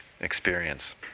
experience